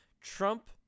Trump